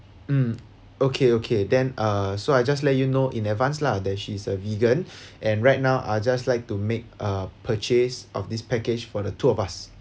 mm okay okay then uh so I just let you know in advance lah that she is a vegan and right now I just like to make a purchase of this package for the two of us